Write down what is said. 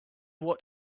what